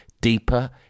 deeper